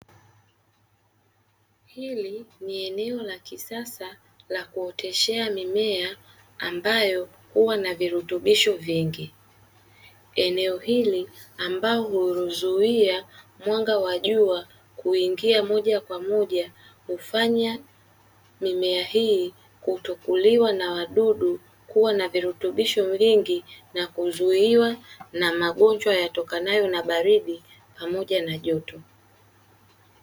Hili ni eneo la kisasa la kuoteshea mimea ambayo huwa na virutubisho vingi. Eneo hili ambalo huzuia mwanga wa jua kuingia moja kwa moja hufanya mimea hii kutokuliwa na wadudu, kuwa na virutubisho vingi na kuzuiwa na magonjwa yatokanayo na baridi pamoja na joto.